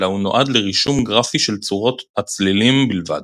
אלא הוא נועד לרישום גרפי של צורת הצלילים בלבד.